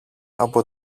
από